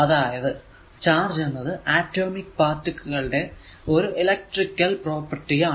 അതായതു ചാർജ് എന്നത് atomic particle കളുടെ ഒരു ഇലെക്ട്രിക്കൽ പ്രോപ്പർട്ടി ആണ്